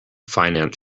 finance